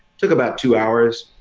took about two hours.